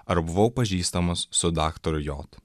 ar buvau pažįstamas su daktaru j